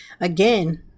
again